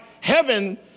heaven